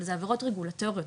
אבל זה עבירות רגולטוריות,